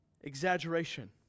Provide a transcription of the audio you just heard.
Exaggeration